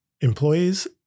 employees